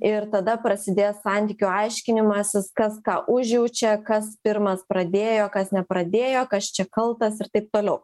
ir tada prasidės santykių aiškinimasis kas ką užjaučia kas pirmas pradėjo kas nepradėjo kas čia kaltas ir taip toliau